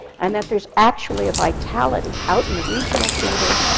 and that there's actually a vitality out in the regional theatre,